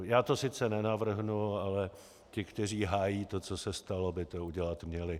Já to sice nenavrhnu, ale ti, kteří hájí to, co se stalo, by to udělat měli.